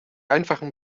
einfachen